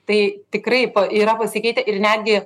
tai tikrai yra pasikeitę ir netgi